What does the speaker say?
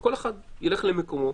כל אחד ילך למקומו.